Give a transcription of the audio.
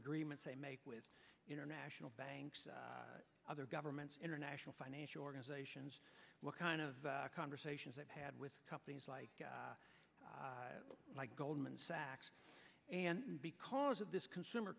agreements they make with international banks other governments international financial organizations what kind of conversations i've had with companies like goldman sachs and because of this consumer